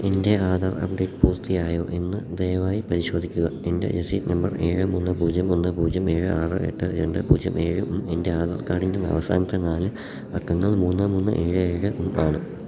എൻ്റെ ആധാർ അപ്ഡേറ്റ് പൂർത്തിയായോയെന്ന് ദയവായി പരിശോധിക്കുക എൻ്റെ രസീത് നമ്പർ ഏഴ് മൂന്ന് പൂജ്യം ഒന്ന് പൂജ്യം ഏഴ് ആറ് എട്ട് രണ്ട് പൂജ്യം ഏഴും എൻ്റെ ആധാർ കാഡിൻ്റെ അവസാനത്തെ നാല് അക്കങ്ങൾ മൂന്ന് മൂന്ന് ഏഴ് ഏഴുമാണ്